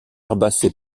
herbacées